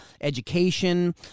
education